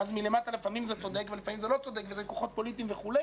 שאז לפעמים זה צודק ולפעמים זה לא צודק וזה כוחות פוליטיים וכו',